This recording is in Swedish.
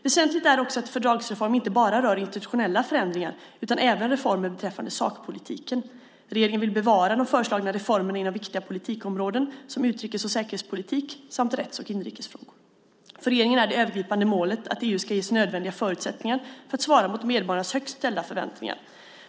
Väsentligt är också att en fördragsreform inte bara rör institutionella förändringar utan även reformer beträffande sakpolitiken. Regeringen vill bevara de föreslagna reformerna inom viktiga politikområden som utrikes och säkerhetspolitik samt rättsfrågor och inrikes frågor. För regeringen är det övergripande målet att EU ska ges nödvändiga förutsättningar för att svara mot medborgarnas högt ställda förväntningar.